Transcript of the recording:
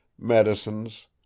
medicines